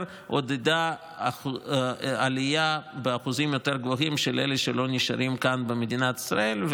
עודדה עלייה באחוזים יותר גבוהים של אלה שלא נשארים כאן במדינת ישראל,